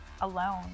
alone